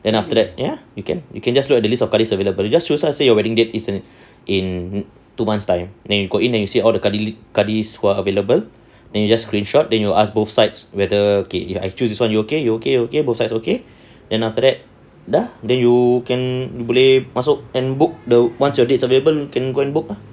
then after that ya you can you can just look at the list of kadi available you just choose ah say your wedding date is in in two months time then you go in and you see all the kadi who are available then you just screenshot then you ask both sides whether okay I choose this [one] you okay you okay okay both sides okay then after that dah then you can boleh masuk and book the once your date is available you can go and book lah